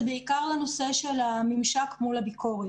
זה בעיקר לנושא של הממשק מול הביקורת.